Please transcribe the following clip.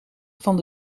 van